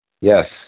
Yes